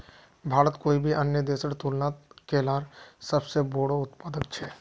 भारत कोई भी अन्य देशेर तुलनात केलार सबसे बोड़ो उत्पादक छे